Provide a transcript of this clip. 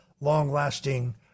long-lasting